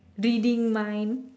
reading mind